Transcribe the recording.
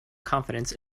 confidence